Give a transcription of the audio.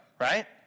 Right